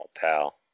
pal